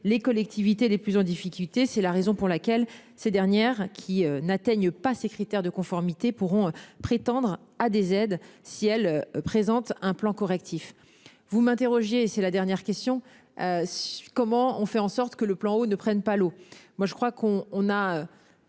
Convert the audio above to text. les collectivités les plus en difficulté. C'est la raison pour laquelle ces dernières qui n'atteignent pas ces critères de conformité pourront prétendre. Ah des aides si elle présente un plan correctif vous m'interrogiez, c'est la dernière question. Comment on fait en sorte que le plan eau ne prennent pas l'eau,